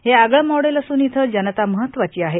हे आगळे मॉडेल असून इथं जनता महत्वाची आहे